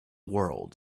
world